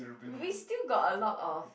we still got a lot of